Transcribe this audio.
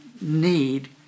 need